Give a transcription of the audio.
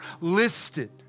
listed